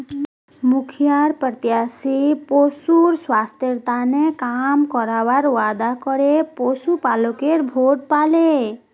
मुखिया प्रत्याशी पशुर स्वास्थ्येर तने काम करवार वादा करे पशुपालकेर वोट पाले